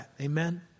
Amen